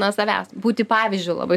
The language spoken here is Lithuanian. na savęs būti pavyzdžiu labai